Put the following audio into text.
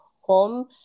home